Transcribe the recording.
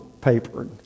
paper